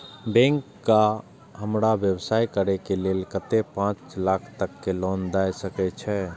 Bank का हमरा व्यवसाय करें के लेल कतेक पाँच लाख तक के लोन दाय सके छे?